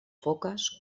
foques